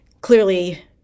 clearly